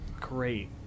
Great